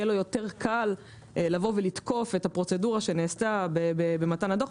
יהיה לו יותר קל לתקוף את הפרוצדורה שנעשתה במתן הדוח.